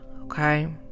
okay